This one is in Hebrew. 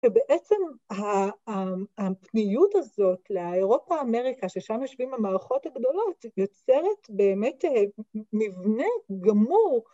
‫שבעצם הפניות הזאת לאירופה-אמריקה, ‫ששם יושבים המערכות הגדולות, ‫יוצרת באמת מבנה גמור...